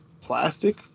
plastic